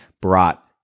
brought